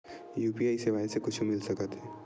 UPI सेवाएं से कुछु मिल सकत हे?